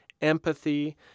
empathy